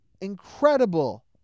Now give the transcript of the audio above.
incredible